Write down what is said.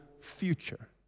future